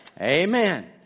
Amen